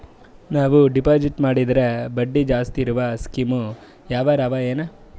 ನಾವು ಡೆಪಾಜಿಟ್ ಮಾಡಿದರ ಬಡ್ಡಿ ಜಾಸ್ತಿ ಇರವು ಸ್ಕೀಮ ಯಾವಾರ ಅವ ಏನ?